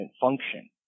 function